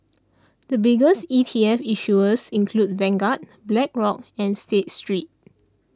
the biggest E T F issuers include Vanguard Blackrock and State Street